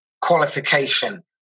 qualification